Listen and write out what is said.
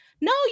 No